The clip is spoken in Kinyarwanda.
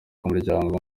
umuryango